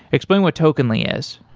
explain what tokenly is.